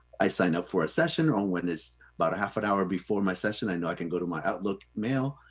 i sign up for a session, or when it's about a half an hour before my session, i know i can go to my outlook mail,